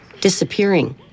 disappearing